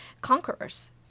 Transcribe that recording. conquerors